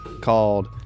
called